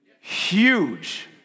huge